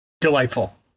Delightful